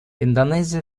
индонезия